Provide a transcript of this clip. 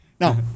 Now